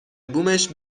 بومش